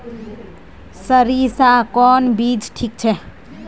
सरीसा कौन बीज ठिक?